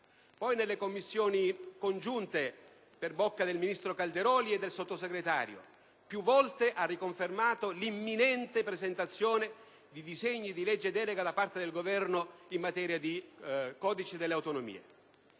poi nelle Commissioni congiunte per bocca del ministro Calderoli e del Sottosegretario, più volte ha riconfermato l'imminente presentazione di disegni di legge delega in materia di codice delle autonomie.